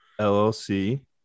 LLC